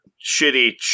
shitty